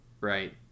Right